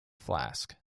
flask